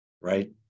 Right